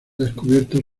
descubierto